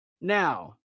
Now